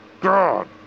God